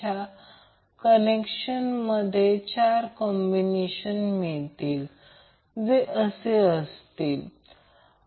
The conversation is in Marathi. या प्रकरणात Vab चा अर्थ असा असेल की तेथील a ची पोलारिटी पॉझिटिव्ह आहे